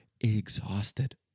exhausted